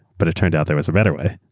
but it turned out, there was a better way.